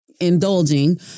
indulging